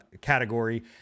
category